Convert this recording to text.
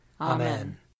Amen